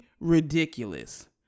ridiculous